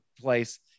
place